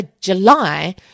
July